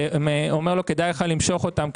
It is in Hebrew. אומר לו כדאי לך למשוך אותה,